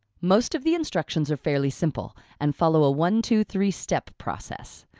most of the instructions are fairly simple and follow a one, two, three step process.